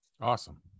Awesome